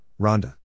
Rhonda